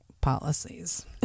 policies